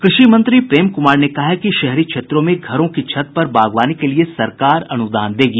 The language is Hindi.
कृषि मंत्री प्रेम कुमार ने कहा है कि शहरी क्षेत्रों में घरों की छत पर बागवानी के लिए सरकार अनुदान देगी